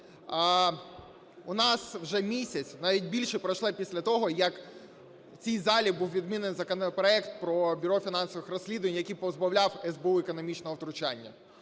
У нас вже місяць, навіть більше, пройшло після того, як в цій залі був відмінений законопроект про Бюро фінансових розслідувань, який позбавляв СБУ економічного втручання.